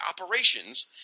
operations